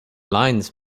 lines